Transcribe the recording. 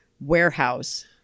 warehouse